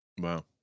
Wow